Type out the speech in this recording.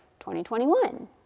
2021